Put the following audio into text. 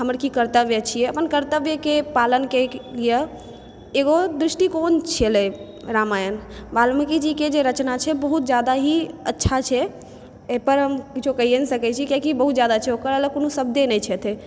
हमर की कर्तव्य छियै अपन कर्तव्यकेँ पालनके लिए एगो दृष्टिकोण छेलै रामायण वाल्मीकिजीके जे रचना छै बहुत जादा ही अच्छा छै एहिपर हम किछौ कहिए नहि सकै छी कियाकि बहुत जादा अच्छा छै ओकरा लए कोनो शब्दे नहि छै